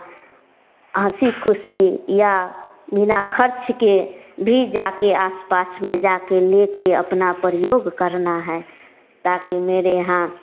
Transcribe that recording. हँसी खुशी या बिना खर्च के भी जाकर आस पास में जाकर लेकर अपना प्रयोग करना है ताकि मेरे यहाँ